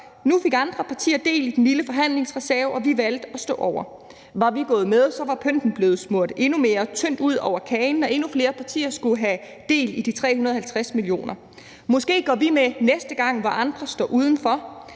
Nu fik andre partier del i den lille forhandlingsreserve, og vi valgte at stå over. Var vi gået med, var pynten blevet smurt endnu mere tyndt ud over kagen, når endnu flere partier skulle have del i de 350 mio. kr. Måske går vi med næste gang, hvor andre står udenfor.